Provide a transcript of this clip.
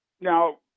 now